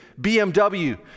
BMW